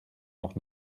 noch